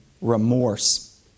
remorse